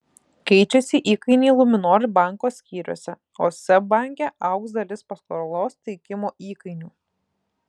keičiasi įkainiai luminor banko skyriuose o seb banke augs dalis paskolos teikimo įkainių